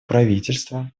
правительства